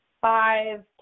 Five